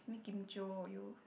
simi kim-jio you